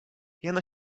jeno